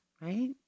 right